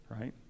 right